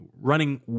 running